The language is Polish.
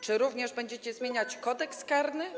Czy również będziecie zmieniać Kodeks karny?